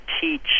teach